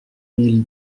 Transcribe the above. mille